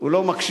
הוא לא מקשיב.